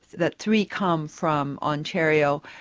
that three come from ontario,